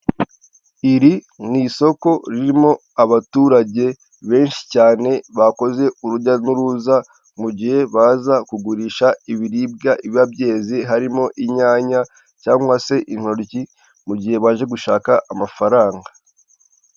Iri ni isoko ririmo abaturage benshi cyane, bakoze urujya n'uruza mu gihe baza kugurisha ibiribwaba biba byeze, harimo inyanya, cyangwa se intoryi, mu gihe baje gushaka amafaranga.